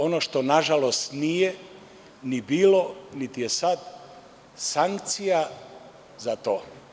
Ono što nažalost nije ni bilo, niti je sada, sankcija za to.